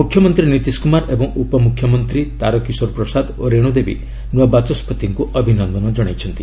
ମୁଖ୍ୟମନ୍ତ୍ରୀ ନୀତିଶ କୁମାର ଏବଂ ଉପମୁଖ୍ୟମନ୍ତ୍ରୀ ତାରକିଶୋର ପ୍ରସାଦ ଓ ରେଣୁ ଦେବୀ ନୂଆ ବାଚସ୍କତିଙ୍କୁ ଅଭିନନ୍ଦନ କଣାଇଛନ୍ତି